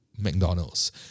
McDonald's